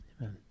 Amen